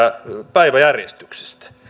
päiväjärjestyksestä